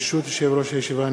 ברשות יושב-ראש הישיבה,